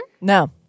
No